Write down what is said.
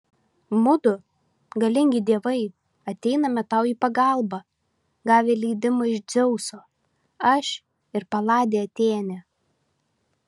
mudu galingi dievai ateiname tau į pagalbą gavę leidimą iš dzeuso aš ir paladė atėnė